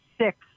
six